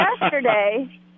yesterday